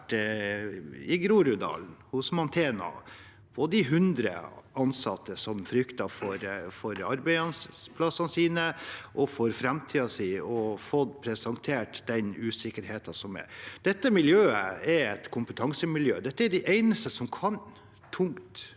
i Groruddalen hos Mantena og de 100 ansatte som frykter for arbeidsplassene sine og for framtiden sin, og fått presentert den usikkerheten. Dette er et kompetansemiljø. Dette er de eneste som kan tungt